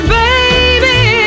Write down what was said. baby